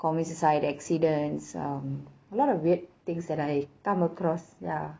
commit suicide accidents um a lot of weird things that I come across ya